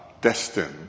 destined